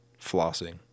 flossing